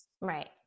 right